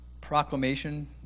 proclamation